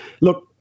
Look